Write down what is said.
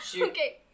Okay